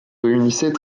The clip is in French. réunissait